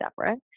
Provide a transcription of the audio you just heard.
separate